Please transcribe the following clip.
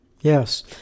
Yes